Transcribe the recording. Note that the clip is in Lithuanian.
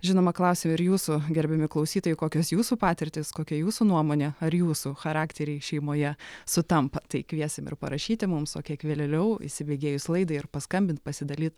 žinoma klausim ir jūsų gerbiami klausytojai kokios jūsų patirtys kokia jūsų nuomonė ar jūsų charakteriai šeimoje sutampa tai kviesim ir parašyti mums o kiek vėlėliau įsibėgėjus laidai ir paskambint pasidalyt